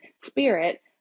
spirit